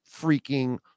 freaking